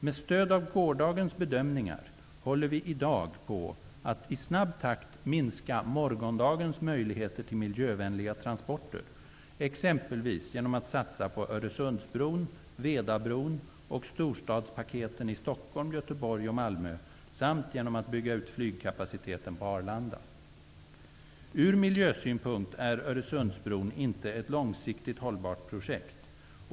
Med stöd av gårdagens bedömningar håller vi i dag på att i snabb takt minska morgondagens möjligheter till miljövänliga transporter, exempelvis genom att satsa på Stockholm, Göteborg och Malmö samt genom att bygga ut flygkapaciteten på Arlanda. Ur miljösynpunkt är Öresundsbron inte ett långsiktigt hållbart projekt.